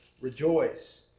rejoice